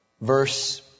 Verse